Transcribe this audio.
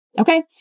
Okay